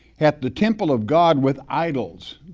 hath the temple of god with idols?